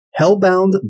Hellbound